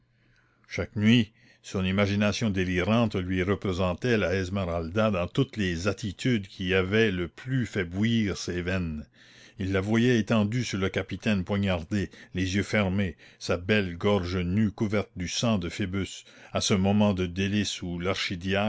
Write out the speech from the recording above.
chaque nuit son imagination délirante lui représentait la esmeralda dans toutes les attitudes qui avaient le plus fait bouillir ses veines il la voyait étendue sur le capitaine poignardé les yeux fermés sa belle gorge nue couverte du sang de phoebus à ce moment de délice où